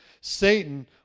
Satan